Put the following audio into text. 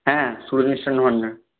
হ্যাঁ সুরজ মিষ্টান্ন ভাণ্ডার